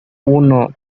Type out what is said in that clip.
uno